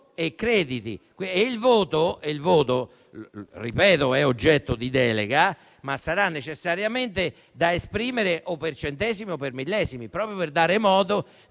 e crediti. Il voto - lo ripeto - è oggetto di delega, ma sarà necessariamente da esprimere o per centesimi o per millesimi, proprio per dare modo